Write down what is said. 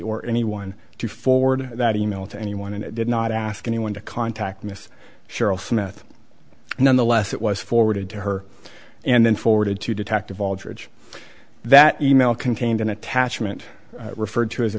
or anyone to forward that e mail to anyone and did not ask anyone to contact miss cheryl smith nonetheless it was forwarded to her and then forwarded to detective aldridge that email contained an attachment referred to as a